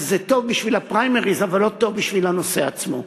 אז זה טוב בשביל הפריימריז אבל לא טוב בשביל הנושא עצמו.